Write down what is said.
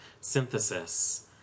synthesis